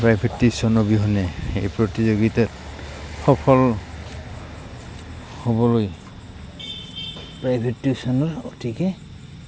private tuition অবিহনে এই প্ৰতিযোগিতাত সফল হ'বলৈ প্ৰাইভেট টিউশ্যনৰ অতিকৈ